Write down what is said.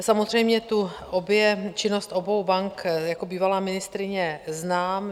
Samozřejmě, činnost obou bank jako bývalá ministryně znám.